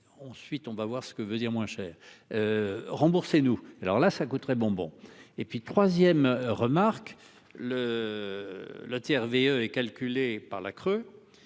on suit, on va voir ce que veut dire, moins cher. Rembourser nous alors là ça coûterait bonbon et puis 3ème remarque le. Le TRV est calculé par la creux